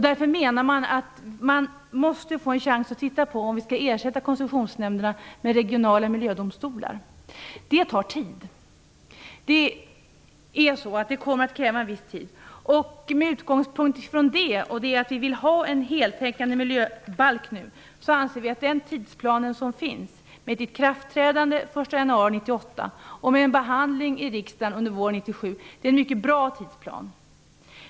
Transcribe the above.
Därför menar man att man måste få en chans att titta närmare på om vi skall ersätta koncessionsnämnderna med regionala miljödomstolar. Det tar tid. Med utgångspunkt från det och från önskemålet om en heltäckande miljöbalk anser vi att den tidsplan som finns, med ikraftträdande den 1 januari 1998 och med en behandling i riksdagen under våren 1997, är en mycket bra tidsplan.